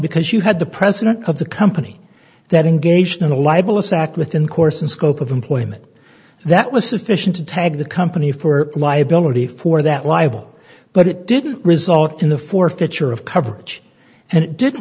because you had the president of the company that engaged in a libelous act within the course and scope of employment that was sufficient to tag the company for liability for that liable but it didn't result in the forfeiture of coverage and it did